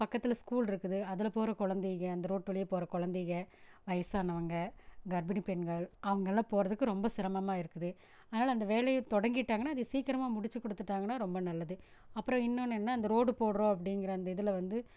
பக்கத்தில் ஸ்கூல் இருக்குது அதில் போகிற கொழந்தைங்க அந்த ரோட்டு வழியா போகிற கொழந்தைக வயதானவங்க கர்ப்பிணி பெண்கள் அவங்கெல்லாம் போகிறதுக்கு ரொம்ப சிரமமாக இருக்குது அதனால் அந்த வேலையை தொடங்கிட்டாங்கனால் அதை சீக்கிரமாக முடித்து கொடுத்துட்டாங்கனா ரொம்ப நல்லது அப்புறம் இன்னொன்று என்னென்னா அந்த ரோடு போடுகிறோம் அப்படிங்கிற அந்த இதில் வந்து